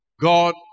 God